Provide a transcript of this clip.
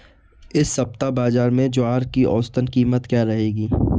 इस सप्ताह बाज़ार में ज्वार की औसतन कीमत क्या रहेगी?